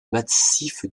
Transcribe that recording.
massif